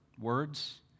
words